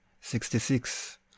sixty-six